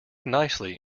nicely